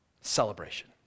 celebration